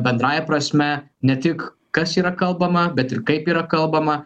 bendrąja prasme ne tik kas yra kalbama bet ir kaip yra kalbama